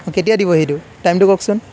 কেতিয়া দিব সেইটো টাইমটো কওকচোন